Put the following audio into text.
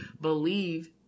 believe